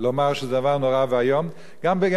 גם אין בזה צדק מצד אלו שעשו את זה.